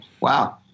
wow